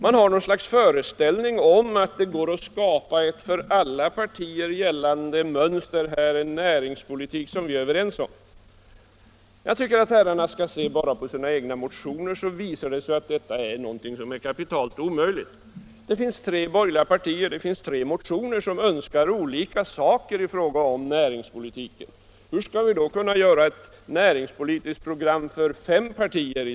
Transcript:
Man har något slags föreställning om att det går att skapa ett för alla partier gällande mönster; en näringspolitik som vi alla är överens om. Jag tycker att herrarna skall se på sina egna motioner så finner de att detta är kapitalt omöjligt. Det finns tre borgerliga partier och det finns tre motioner som önskar olika saker i fråga om näringspolitiken. Hur skall vi då kunna göra ett näringspolitiskt program för fem partier?